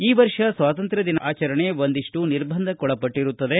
ಈ ವರ್ಷ ಸ್ವಾತಂತ್ರ್ಯ ದಿನದ ಆಚರಣೆ ಒಂದಿಷ್ಟು ನಿರ್ಬಂಧಕ್ಕೊಳಪಟ್ಟಿರುತ್ತದೆ